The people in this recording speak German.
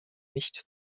nicht